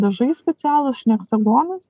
dažai specialūs šneksabonis